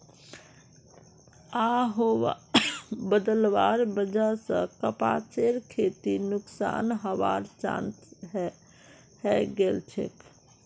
आबोहवा बदलवार वजह स कपासेर खेती नुकसान हबार चांस हैं गेलछेक